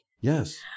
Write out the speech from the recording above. Yes